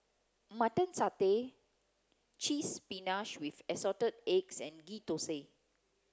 mutton satay spinach with assorted eggs and Ghee Thosai